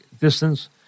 distance